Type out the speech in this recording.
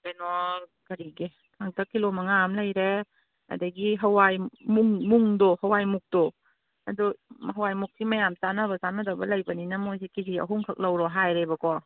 ꯀꯩꯅꯣ ꯀꯔꯤꯒꯦ ꯀꯥꯡꯇꯛ ꯀꯤꯂꯣ ꯃꯉꯥ ꯑꯃ ꯂꯩꯔꯦ ꯑꯗꯒꯤ ꯍꯋꯥꯏ ꯃꯨꯡꯗꯣ ꯍꯋꯥꯏ ꯃꯨꯛꯇꯣ ꯑꯗꯨ ꯍꯋꯥꯏ ꯃꯨꯛꯇꯤ ꯃꯌꯥꯝ ꯆꯥꯅꯕ ꯆꯥꯅꯗꯕ ꯂꯩꯕꯅꯤꯅ ꯃꯣꯏꯗꯤ ꯀꯦ ꯖꯤ ꯑꯍꯨꯝꯈꯛ ꯂꯧꯔꯣ ꯍꯥꯏꯔꯦꯕꯀꯣ